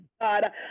God